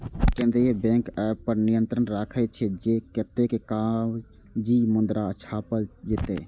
केंद्रीय बैंक अय पर नियंत्रण राखै छै, जे कतेक कागजी मुद्रा छापल जेतै